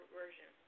version